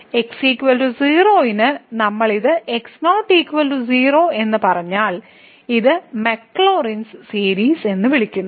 x 0 ന് നമ്മൾ ഇത് x0 0 എന്ന് പറഞ്ഞാൽ ഇതിനെ മാക്ലോറിൻസ് സീരീസ് എന്ന് വിളിക്കുന്നു